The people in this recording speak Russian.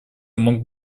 мог